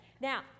Now